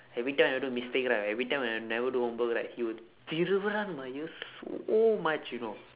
every time I do mistake right every time I never do homework right he will thiruvuraan my ears so much you know